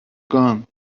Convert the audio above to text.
gone